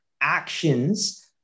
actions